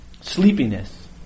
Sleepiness